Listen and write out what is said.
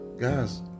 Guys